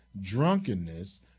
drunkenness